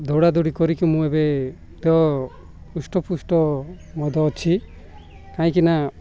ଦୌଡ଼ାଦୌଡ଼ି କରିକି ମୁଁ ଏବେ ତ ହୃଷ୍ଟପୁଷ୍ଟ ମଧ୍ୟ ଅଛି କାହିଁକିନା